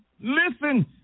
listen